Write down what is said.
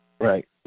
Right